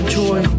joy